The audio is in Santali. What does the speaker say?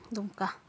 ᱫᱩᱢᱠᱟ